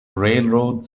railroad